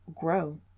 grow